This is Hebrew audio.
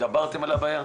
התגברתם על הבעיה?